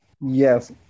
Yes